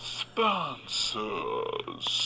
sponsors